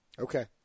Okay